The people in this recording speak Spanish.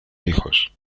hijos